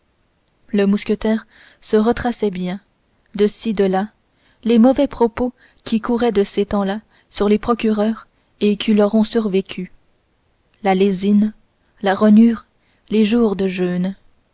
le mousquetaire se retraçait bien de-ci de-là les mauvais propos qui couraient dès ce temps-là sur les procureurs et qui leur ont survécu la lésine la rognure les jours de jeûne